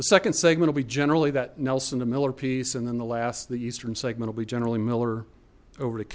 the second segment will be generally that nelson to miller piece and then the last the eastern segment will be generally miller over to